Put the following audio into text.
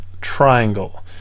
Triangle